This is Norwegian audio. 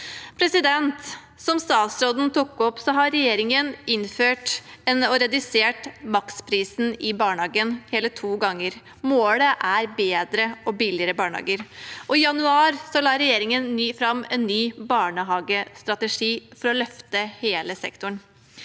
ordninger. Som statsråden tok opp, har regjeringen redusert maksprisen i barnehagen hele to ganger. Målet er bedre og billigere barnehager, og i januar la regjeringen fram en ny barnehagestrategi for å løfte hele sektoren.